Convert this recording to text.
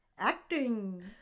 acting